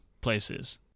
places